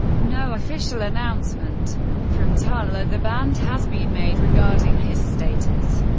no official announcement from thal or the band has been made regarding his status.